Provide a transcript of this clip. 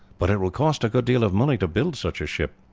but it will cost a good deal of money to build such a ship.